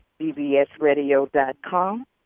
bbsradio.com